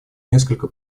несколько